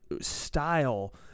style